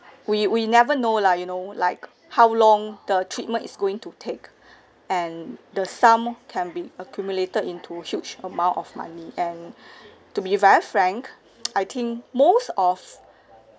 we we never know lah you know like how long the treatment is going to take and the sum can be accumulated into huge amount of money and to be very frank I think most of